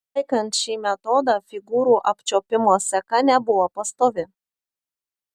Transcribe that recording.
taikant šį metodą figūrų apčiuopimo seka nebuvo pastovi